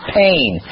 pain